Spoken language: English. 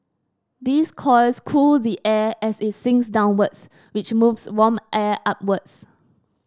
these coils cool the air as it sinks downwards which moves warm air upwards